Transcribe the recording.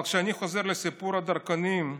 אבל כשאני חוזר לסיפור הדרכונים,